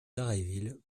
dharréville